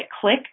click